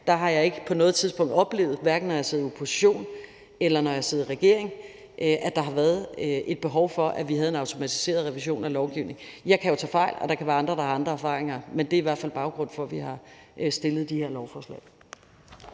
år – ikke på noget tidspunkt har oplevet, hverken når jeg har siddet i opposition, eller når jeg har siddet i regering, at der har været et behov for, at vi havde en automatiseret revision af lovgivningen. Jeg kan jo tage fejl, og der kan være andre, der har andre erfaringer. Men det er i hvert fald baggrunden for, at vi har fremsat de her lovforslag.